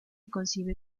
consigue